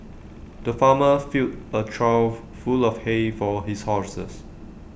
the farmer filled A trough full of hay for his horses